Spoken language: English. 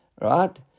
Right